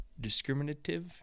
discriminative